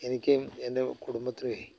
എനിക്കും എൻ്റെ കുടുബത്തിനുമേ